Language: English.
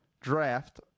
draft